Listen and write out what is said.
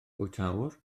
bwytäwr